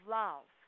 love